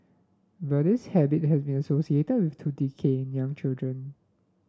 but this habit had been associated with tooth decay in young children